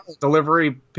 delivery